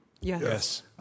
Yes